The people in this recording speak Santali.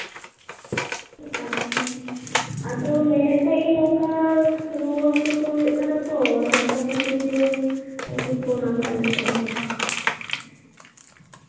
ᱟᱪᱪᱷᱟ ᱟᱫᱚ ᱢᱮᱱᱮᱫ ᱛᱟᱦᱮᱱᱤᱧ ᱚᱱᱠᱟ ᱨᱩᱣᱟᱹ ᱦᱟᱹᱥᱩ ᱠᱚ ᱦᱩᱭᱩᱜ ᱠᱟᱱᱟ ᱛᱚ ᱚᱱᱟ ᱠᱚ ᱠᱷᱟᱹᱛᱤᱨᱜᱮ ᱠᱤᱪᱷᱩ ᱫᱚᱨᱠᱟᱨ ᱢᱮᱱᱟᱜᱼᱟ